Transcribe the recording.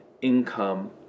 income